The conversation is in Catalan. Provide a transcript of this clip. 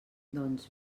doncs